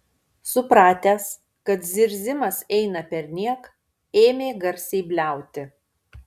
supratęs kad zirzimas eina perniek ėmė garsiai bliauti